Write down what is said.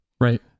Right